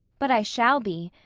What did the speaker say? but i shall be.